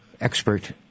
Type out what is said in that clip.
expert